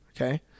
Okay